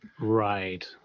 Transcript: Right